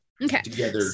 okay